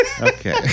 Okay